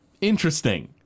interesting